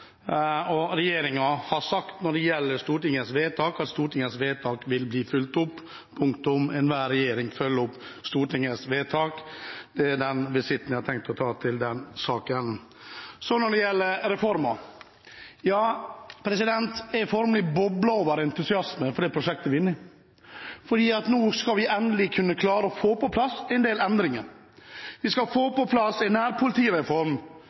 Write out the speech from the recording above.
og når det gjelder Stortingets vedtak, har regjeringen sagt at det vil bli fulgt opp. Punktum. Enhver regjering følger opp Stortingets vedtak. Det er den visitten jeg har tenkt å ta til den saken. Så til reformer: Ja, jeg formelig bobler over av entusiasme for det prosjektet vi er inne i, for nå skal vi endelig kunne klare å få på plass en del endringer. Vi skal få på plass